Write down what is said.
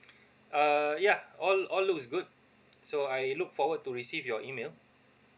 uh yeah all all looks good so I look forward to receive your email